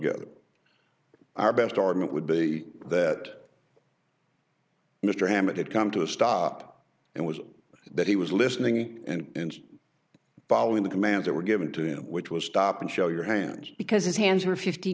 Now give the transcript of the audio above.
together our best argument would be that mr hammond had come to a stop and was that he was listening and following the commands that were given to him which was stop and show your hands because his hands are fifty